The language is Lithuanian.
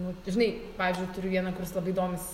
nu žinai pavyzdžiui turiu vieną kuris labai domisi